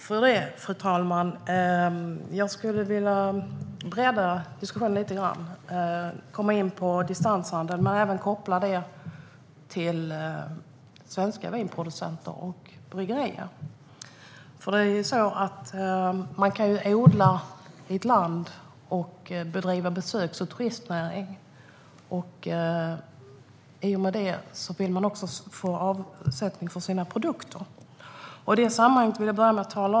Fru talman! Jag skulle vilja bredda diskussionen lite grann och komma in på distanshandel men även koppla det till svenska vinproducenter och bryggerier. Man kan ju odla och samtidigt bedriva besöks och turistnäring, och då vill man också få avsättning för sina produkter.